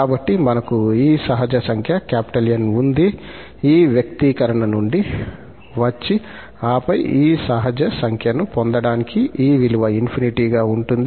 కాబట్టి మనకు ఈ సహజ సంఖ్య 𝑁 ఉంది ఈ వ్యక్తీకరణ నుండి వచ్చి ఆపై ఈ సహజ సంఖ్యను పొందడానికి ఈ విలువ ∞ గా ఉంటుంది